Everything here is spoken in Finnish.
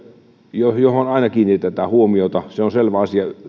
johon johon aina kiinnitetään huomiota se on selvä asia